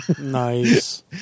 Nice